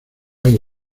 hay